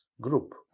group